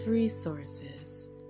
Resources